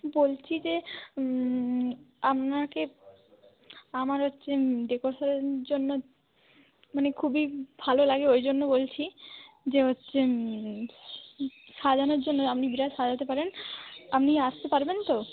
বলছি যে আপনাকে আমার হচ্ছে ডেকোরেশনের জন্য মানে খুবই ভালো লাগে ওই জন্য বলছি যে হচ্ছে সাজানোর জন্য আপনি বিরাট সাজাতে পারেন আপনি আসতে পারবেন তো